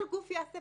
כל גוף יעשה,